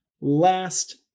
last